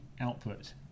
output